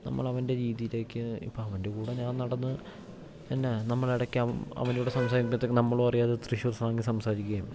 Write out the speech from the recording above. നമ്മളെ അവൻ്റെ രീതിയിലേക്ക് ഇപ്പം അവൻ്റെ കൂടെ ഞാൻ നടന്ന് എന്നാ നമ്മൾ ഇടയ്ക്ക് അവനോട് സംസാരിക്കുമ്പത്തേക്ക് നമ്മള് അറിയാതെ അത് തൃശ്ശൂർ സ്ലാങ്ങിൽ സംസാരിക്കുകയും